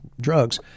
drugs